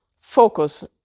focus